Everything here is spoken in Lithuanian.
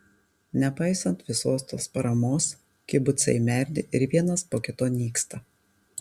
nepaisant visos tos paramos kibucai merdi ir vienas po kito nyksta